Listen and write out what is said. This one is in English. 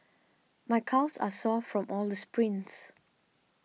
my calves are sore from all the sprints